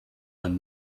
when